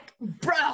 bro